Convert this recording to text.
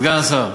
סגן השר,